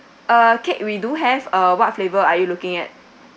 uh cake we do have uh what flavor are you looking at